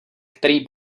který